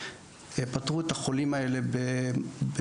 פתרו את החולים האלה במסקנה,